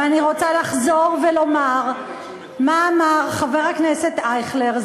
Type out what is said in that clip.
ואני רוצה לחזור ולומר מה אמר חבר הכנסת אייכלר.